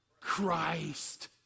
Christ